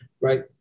right